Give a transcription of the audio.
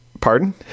pardon